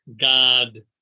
God